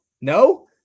No